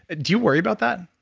do you worry about that?